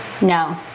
No